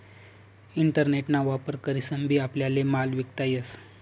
internet ना वापर करीसन बी आपल्याले माल विकता येस